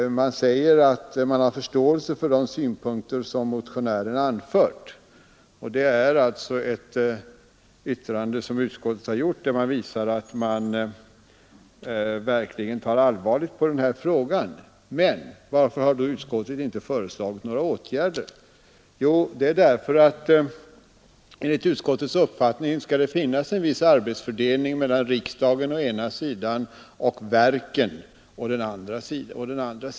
Utskottet säger att man har förståelse för de synpunkter som motionären anfört, och det är ett yttrande från utskottet som visar att man verkligen tar allvarligt på denna fråga. Men varför har då utskottet inte föreslagit några åtgärder? Jo, det är därför att det enligt utskottets uppfattning skall finnas en viss arbetsfördelning mellan riksdagen å ena sidan och verken å den andra.